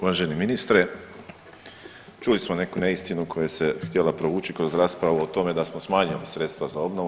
Uvaženi ministre čuli smo neku neistinu koja se htjela provući kroz raspravu o tome da smo smanjili sredstva za obnovu.